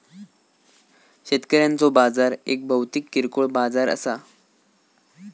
शेतकऱ्यांचो बाजार एक भौतिक किरकोळ बाजार असा